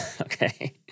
Okay